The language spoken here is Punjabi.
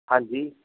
ਹਾਂਜੀ